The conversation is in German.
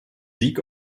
sieg